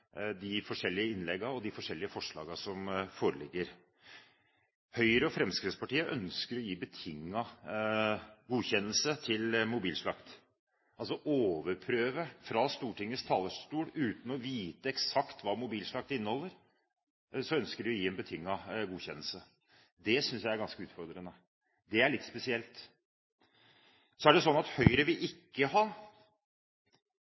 de forskjellige innleggene og de forskjellige forslagene som foreligger. Høyre og Fremskrittspartiet ønsker å gi betinget godkjennelse til Mobilslakt AS, altså overprøve fra Stortingets talerstol. Uten å vite eksakt hva Mobilslakt AS står for, ønsker de å gi en betinget godkjennelse. Det synes jeg er ganske utfordrende og litt spesielt.